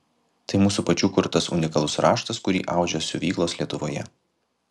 tai mūsų pačių kurtas unikalus raštas kurį audžia siuvyklos lietuvoje